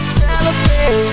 celebrate